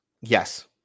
Yes